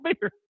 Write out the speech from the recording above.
beer